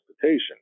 transportation